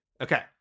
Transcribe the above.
Okay